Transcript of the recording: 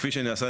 כפי נעשה,